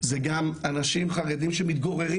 זה גם אנשים חרדים שמתגוררים,